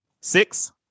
Six